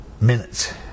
minutes